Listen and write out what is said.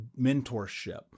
mentorship